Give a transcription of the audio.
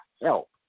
help